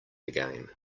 again